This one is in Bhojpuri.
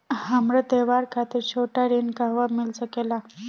हमरा त्योहार खातिर छोटा ऋण कहवा मिल सकेला?